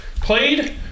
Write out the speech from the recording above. played